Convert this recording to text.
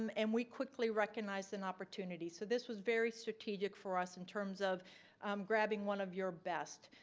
um and we quickly recognize an opportunity. so this was very strategic for us in terms of grabbing one of your best.